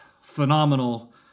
phenomenal